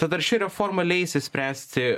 tad ar ši reforma leis išspręsti